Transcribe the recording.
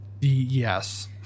Yes